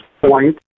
point